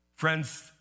Friends